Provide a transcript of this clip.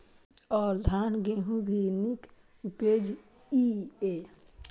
और धान गेहूँ भी निक उपजे ईय?